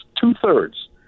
two-thirds